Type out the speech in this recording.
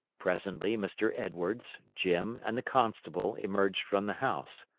presently mr. edwards, jim, and the constable emerged from the house.